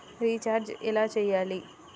Recharge ఎలా చెయ్యాలి?